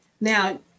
Now